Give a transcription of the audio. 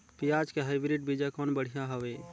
पियाज के हाईब्रिड बीजा कौन बढ़िया हवय?